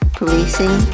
policing